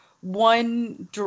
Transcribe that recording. One